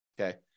okay